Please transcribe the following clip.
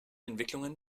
entwicklungen